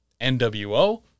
nwo